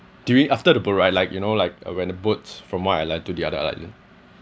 during after the boat ride like you know like uh when the boats from one island to the other island